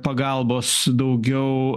pagalbos daugiau